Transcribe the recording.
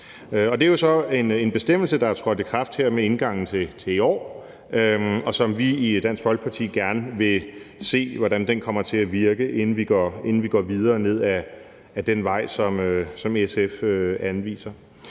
Det er så en bestemmelse, der er trådt i kraft ved indgangen til i år, og som vi i Dansk Folkeparti gerne vil se hvordan kommer til at virke, inden vi går videre ned ad den vej, som SF anviser.